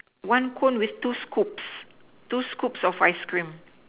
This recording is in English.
one cone with two scoops two scoops of ice cream